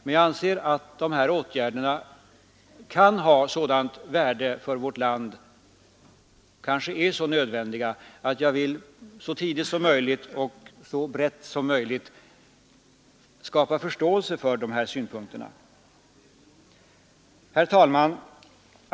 Men jag anser att dessa åtgärder kan ha sådant värde för vårt land och vara så nödvändiga att jag så tidigt som möjligt och på så bred bas som möjligt vill skapa förståelse för de här synpunkterna. Herr talman!